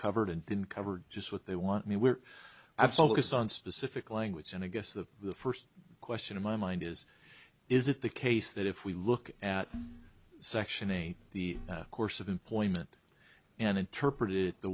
covered and didn't cover just what they want me where i focus on specific language and i guess that the first question in my mind is is it the case that if we look at section eight the course of employment and interpret it the